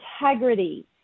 integrity